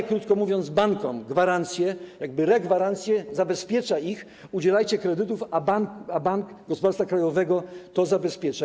Daje, krótko mówiąc, bankom gwarancje, jakby regwarancje, zabezpiecza je: udzielajcie kredytów, a Bank Gospodarstwa Krajowego to zabezpiecza.